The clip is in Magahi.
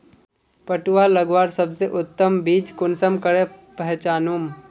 पटुआ लगवार सबसे उत्तम बीज कुंसम करे पहचानूम?